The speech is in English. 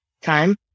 time